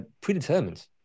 predetermined